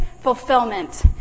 fulfillment